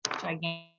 gigantic